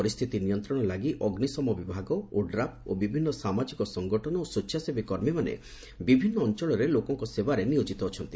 ପରିସ୍ତିତି ନିୟନ୍ବଶ ଲାଗି ଅଗ୍ରିଶମ ବିଭାଗ ଓଡ୍ରାଫ ଓ ବିଭିନ୍ମ ସାମାଜିକ ସଂଗଠନ ଓ ସ୍ବେଛାସେବୀ କର୍ମୀମାନେ ବିଭିନ୍ମ ଅଅଳରେ ଲୋକଙ୍କ ସେବାରେ ନିୟୋଜିତ ଅଛନ୍ତି